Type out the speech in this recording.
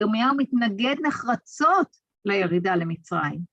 ירמיהו מתנגד נחרצות לירידה למצרים.